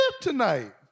tonight